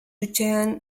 hutsean